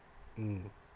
mm